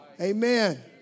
Amen